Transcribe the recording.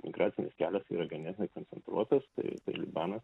migracinis kelias yra ganėtinai koncentruotas tai libanas